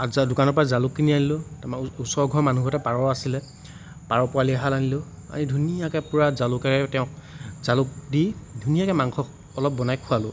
আচ্ছা দোকানৰ পৰা জালুক কিনি আনিলোঁ তাৰপৰা ওচৰ এঘৰ মানুহৰ ঘৰতে পাৰ আছিলে পাৰ পোৱালি এহাল আনিলোঁ আনি ধুনীয়াকৈ তেওঁক পূৰা জালুকেৰে তেওঁক জালুক দি ধুনীয়াকৈ মাংস অলপ বনাই খোৱালোঁ